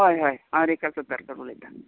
हय हय हांव रेखा सतरकर उलयतां